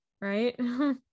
right